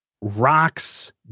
rocks